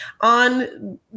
on